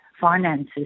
finances